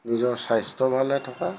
নিজৰ স্বাস্থ্য ভালে থকা